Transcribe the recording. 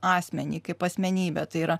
asmenį kaip asmenybę tai yra